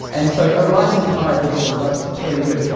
and so a rising tide lifts all boats, it's really good.